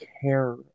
care